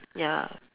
ya